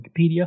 Wikipedia